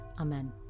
Amen